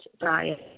diet